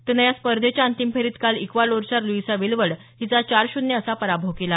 तिनं या स्पर्धेच्या अंतिम फेरीत काल इक्काडोरच्या लुईसा वेलवर्ड हिचा चार शून्य असा पराभव केला